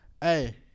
hey